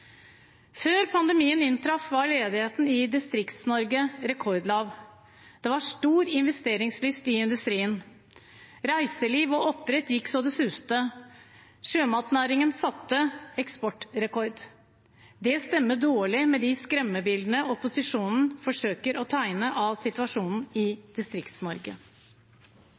Før pandemien inntraff, var ledigheten i Distrikts-Norge rekordlav. Det var stor investeringslyst i industrien. Reiseliv og oppdrett gikk så det suste. Sjømatnæringen satte eksportrekord. Det stemmer dårlig med de skremmebildene opposisjonen forsøker å tegne av situasjonen i